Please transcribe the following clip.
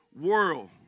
world